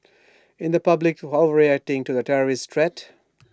in the public overreacting to the terrorist threat